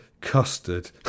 custard